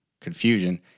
confusion